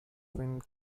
between